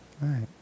Right